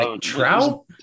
Trout